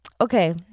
Okay